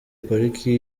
pariki